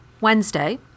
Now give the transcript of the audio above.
Wednesday